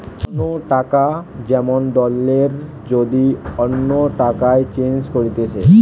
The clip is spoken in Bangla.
কোন টাকা যেমন দলের যদি অন্য টাকায় চেঞ্জ করতিছে